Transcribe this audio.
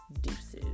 deuces